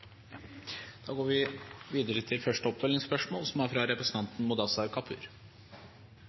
Da går vi videre til